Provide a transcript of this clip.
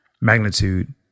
magnitude